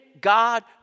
God